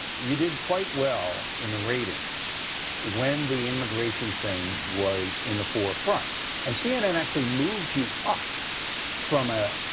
you did quite well in ratings when the immigration saying was in the forefront and c n n actually moved you off from ah.